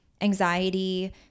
anxiety